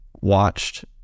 watched